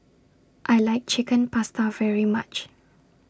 I like Chicken Pasta very much